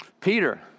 Peter